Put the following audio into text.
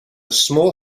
small